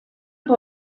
por